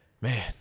man